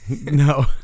no